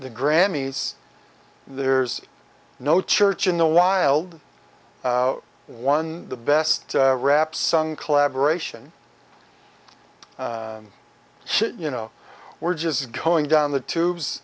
the grammys there's no church in the wild one the best rap sung collaboration you know we're just going down the tubes